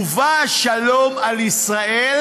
ובא שלום על ישראל,